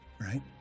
right